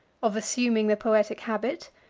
of assuming the poetic habit,